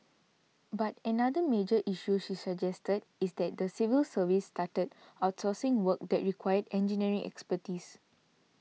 but another major issue she suggests is that the civil service started outsourcing work that required engineering expertise